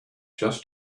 just